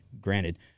granted